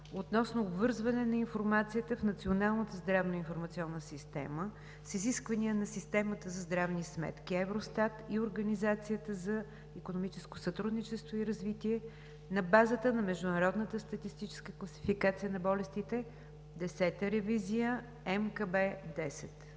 относно обвързване на информацията в Националната здравна информационна система с изисквания на Системата за здравни сметки Евростат и Организацията за икономическо сътрудничество и развитие на базата на Международната статистическа класификация на болестите, Десета ревизия МКБ-10.